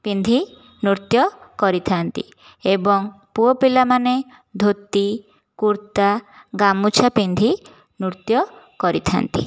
ପିନ୍ଧି ନୃତ୍ୟ କରିଥାନ୍ତି ଏବଂ ପୁଅ ପିଲାମାନେ ଧୋତି କୁର୍ତ୍ତା ଗାମୁଛା ପିନ୍ଧି ନୃତ୍ୟ କରିଥାନ୍ତି